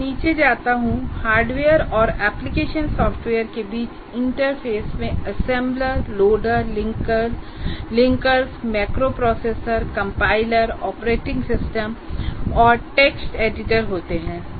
जब मैं नीचे जाता हूं हार्डवेयर और एप्लिकेशन सॉफ़्टवेयर के बीच इंटरफ़ेस में assembler loader linkers macro processor compiler operating system और टेक्स्ट एडिटर होते हैं